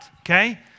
okay